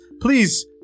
please